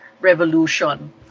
revolution